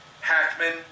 Hackman